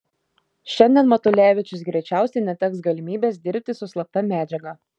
šiandien matulevičius greičiausiai neteks galimybės dirbti su slapta medžiaga